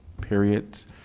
periods